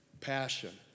passion